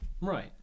Right